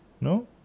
No